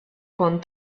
con